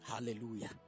Hallelujah